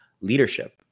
leadership